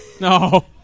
No